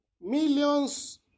millions